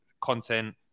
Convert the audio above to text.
content